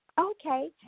okay